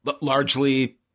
largely